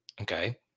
Okay